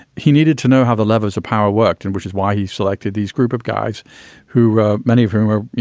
he needed to know how the levers of power worked and which is why he selected these group of guys who many of whom were, you